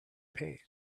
page